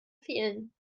fehlen